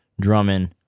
drummond